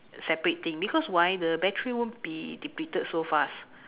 separate thing because why the battery won't be depleted so fast